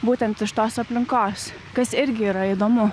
būtent iš tos aplinkos kas irgi yra įdomu